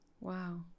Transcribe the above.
Wow